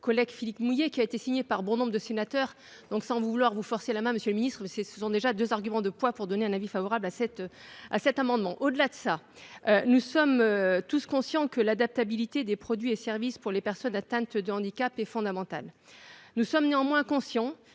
collègue Philippe mouiller, qui a été signé par bon nombre de sénateurs, donc sans vouloir vous forcer la main. Monsieur le Ministre c'est ce sont déjà 2 arguments de poids pour donner un avis favorable à cet à cet amendement. Au-delà de ça. Nous sommes tous conscients que l'adaptabilité des produits et services pour les personnes atteintes de handicap est fondamental. Nous sommes néanmoins conscient